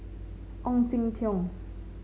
Ong Jin Teong